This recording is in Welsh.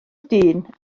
dyn